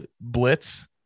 blitz